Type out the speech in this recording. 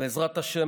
בעזרת השם,